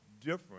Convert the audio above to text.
different